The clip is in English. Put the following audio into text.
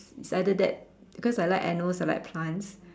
it's either that because I like animals I like plants